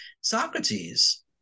Socrates